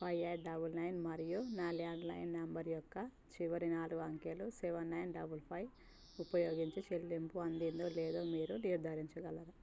five eight double nine మరియు నా landline number యొక్క చివరి నాలుగు అంకెలు సెవెన్ నైన్ డబుల్ ఫైవ్ ఉపయోగించి చెల్లింపు అందిందో లేదో మీరు నిర్ధారించగలరా